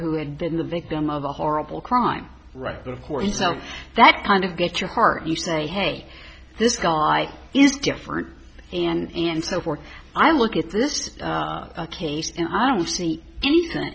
who had been the victim of a horrible crime right there of course so that kind of get your heart you say hey this guy is different and and so forth i look at this case and i don't see anything